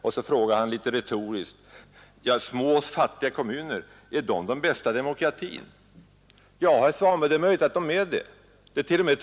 Och så frågar han litet retoriskt: ”Ger små och fattiga kommuner den bästa demokratin?” Ja, herr Svanberg, det är möjligt att de gör det — och det ärt.o.m.